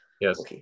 Yes